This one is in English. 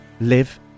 live